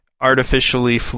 artificially